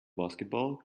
basketball